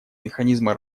механизмы